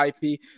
IP